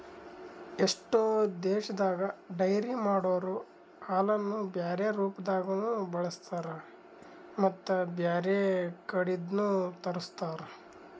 ಎಷ್ಟೋ ದೇಶದಾಗ ಡೈರಿ ಮಾಡೊರೊ ಹಾಲನ್ನು ಬ್ಯಾರೆ ರೂಪದಾಗನೂ ಬಳಸ್ತಾರ ಮತ್ತ್ ಬ್ಯಾರೆ ಕಡಿದ್ನು ತರುಸ್ತಾರ್